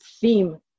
theme